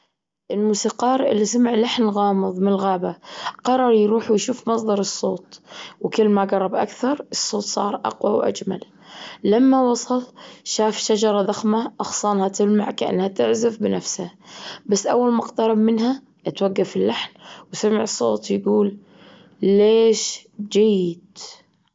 الموسيقار اللي سمع لحن غامظ من الغابة قرر يروح ويشوف مصدر الصوت وكل ما جرب أكثر الصوت صار أقوى وأجمل. لما وصل شاف شجرة ضخمة أغصانها تلمع كأنها تعزف بنفسها، بس أول ما اقترب منها اتوجف اللحن وسمع صوت يقول ليش جيت؟